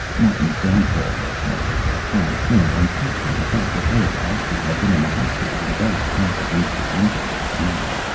martin's downfall lay partly in the fine print and partly in the fact that erika ashby had been in the hospital with a bad attack of influenza at the time.